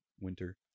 winter